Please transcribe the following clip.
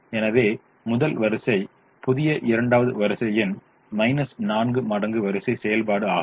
எனவே முதல் வரிசை புதிய இரண்டாவது வரிசையின் 4 மடங்கு வரிசை செயல்பாடு ஆகும்